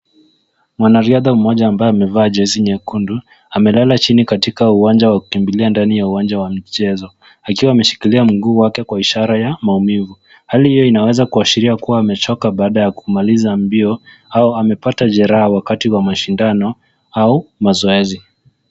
Mwanariadha moja ambaye amevaa jezi nyekundu amelala chini katika uwanja wa kukimbilia ndani ya uwanja wa mchezo akiwa ameshikilia mguu wake kwa ishara ya maumivu. Hali hiyo inaweza kuashiria kuwa amechoka baada ya kumaliza mbio au amepata jeraha wakati wa mashindano au mazoezi.